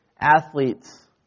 athletes